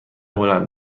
هلند